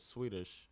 Swedish